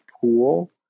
pool